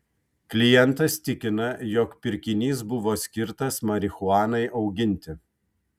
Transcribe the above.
klientas tikina jog pirkinys buvo skirtas marihuanai auginti